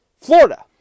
Florida